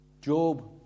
Job